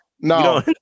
no